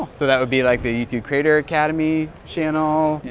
so that would be, like, the youtube creator academy channel?